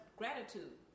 gratitude